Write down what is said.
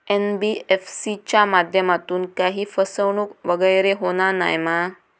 NBFC च्या माध्यमातून काही फसवणूक वगैरे होना नाय मा?